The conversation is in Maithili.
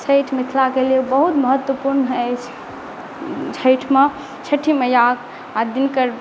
छठि मिथिला के लेल बहुत महत्वपूर्ण अछि छठि मे छठी मैया आओर दीनकर